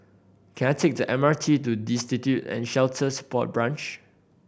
can I take the M R T to Destitute and Shelter Support Branch